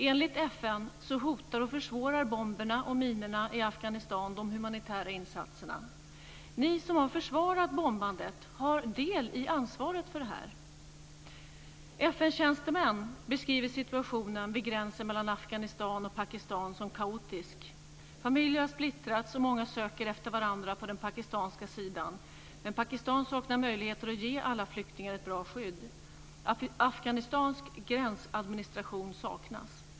Enligt FN hotar och försvårar bomberna och minorna i Afghanistan de humanitära insatserna. Ni som har försvarat bombandet har del i ansvaret för detta. FN-tjänstemän beskriver situationen vid gränsen mellan Afghanistan och Pakistan som kaotisk. Familjer har splittrats. Många söker efter varandra på den pakistanska sidan, men Pakistan saknar möjligheter att ge alla flyktingar ett bra skydd. Afghanistansk gränsadministration saknas.